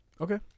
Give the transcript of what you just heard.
okay